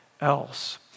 else